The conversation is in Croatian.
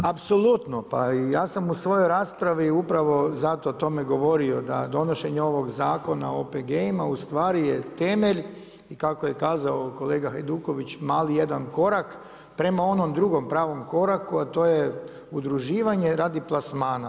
Apsolutno, pa i ja sam u svojoj raspravi upravo zato o tome govorio da donošenje ovog Zakona o OPG-ima ustvari je temelj i kako je kazao kolega Hajduković, mali jedan korak prema onom drugom pravom koraku a to je udruživanje radi plasmana.